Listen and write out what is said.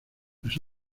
las